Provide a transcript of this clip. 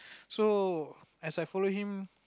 so as I follow him